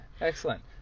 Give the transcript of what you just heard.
excellent